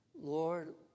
Lord